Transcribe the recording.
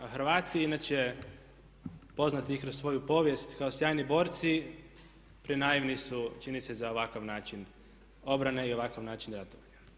A Hrvati inače poznati i kroz svoju povijest kao sjajni borci prenaivni su čini se za ovakav način obrane i ovakav način ratovanja.